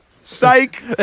Psych